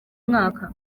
mwaka